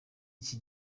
iki